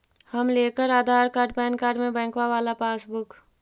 हम लेकर Aadhaar card PAN card बैंकवा वाला पासबुक?